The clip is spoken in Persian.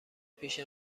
پیش